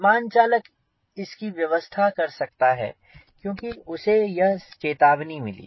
विमान चालक इसकी व्यवस्था कर सकता है क्योंकि उसे सही चेतावनी मिली